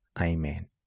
Amen